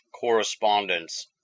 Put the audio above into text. correspondence